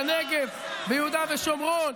בנגב,